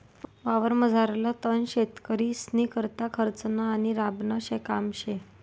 वावरमझारलं तण शेतकरीस्नीकरता खर्चनं आणि राबानं काम शे